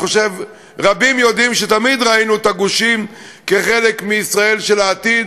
רבים יודעים שתמיד ראינו את הגושים כחלק מישראל של העתיד